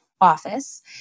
office